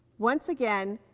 once again,